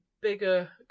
bigger